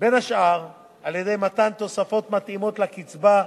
בין השאר על-ידי מתן תוספות מתאימות לקצבה,